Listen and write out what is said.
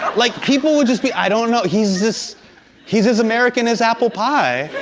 like, people would just be, i don't know. he's this he's as american as apple pie.